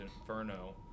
Inferno